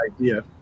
idea